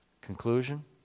Conclusion